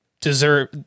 deserve